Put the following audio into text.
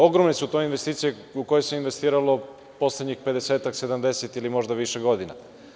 Ogromne su to investicije u koje se investiralo poslednjih 50-ak, 70-ak ili možda više godina.